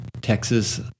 Texas